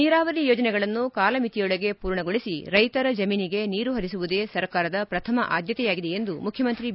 ನೀರಾವರಿ ಯೋಜನೆಗಳನ್ನು ಕಾಲಮಿತಿಯೊಳಗೆ ಪೂರ್ಣಗೊಳಿಸಿ ರೈತರ ಜಮೀನಿಗೆ ನೀರು ಹರಿಸುವುದೇ ಸರ್ಕಾರದ ಪ್ರಥಮ ಆದ್ದತೆಯಾಗಿದೆ ಎಂದು ಮುಖ್ಚಮಂತ್ರಿ ಬಿ